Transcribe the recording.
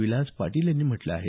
विलास पाटील यांनी म्हटलं आहे